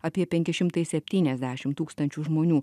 apie penki šimtai septyniasdešim tūkstančių žmonių